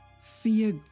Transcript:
Fear